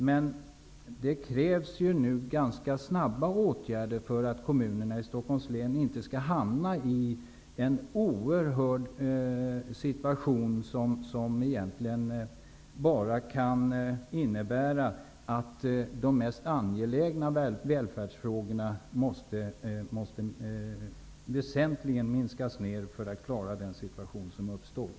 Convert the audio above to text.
Men det krävs nu ganska snabbt åtgärder för att kommunerna i Stockholms län inte skall hamna i en oerhört svår situation, som egentligen bara kan innebära att tillgodoseendet av de mest angelägna välfärdsbehoven väsentligt måste minskas; annars klarar man inte den situation som uppstått.